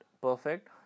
perfect